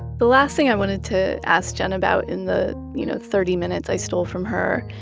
the last thing i wanted to ask jen about in the you know thirty minutes i stole from her